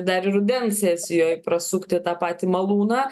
dar rudens sesijoj prasukti tą patį malūną